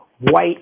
white